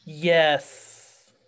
yes